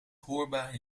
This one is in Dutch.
hoorbaar